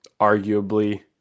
arguably